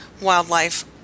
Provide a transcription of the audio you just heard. wildlife